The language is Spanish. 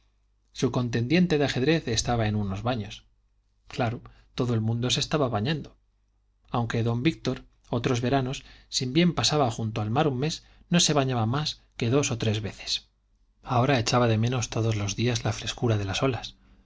su contendiente de ajedrez estaba en unos baños claro todo el mundo se estaba bañando aunque don víctor otros veranos si bien pasaba junto al mar un mes no se bañaba más que dos o tres veces ahora echaba de menos todos los días la frescura de las olas